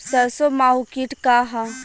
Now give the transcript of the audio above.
सरसो माहु किट का ह?